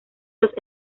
los